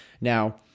Now